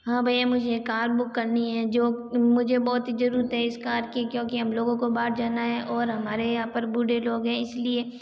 हाँ भैया मुझे एक कार बुक करनी है जो मुझे बहुत ही ज़रूरत है इस कार की क्योंकि हम लोगों को बाहर जाना है और हमारे यहाँ पर बूढ़े लोग हैं इसलिए